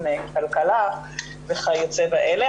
כלכלה וכיוצא באלה,